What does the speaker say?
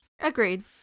agreed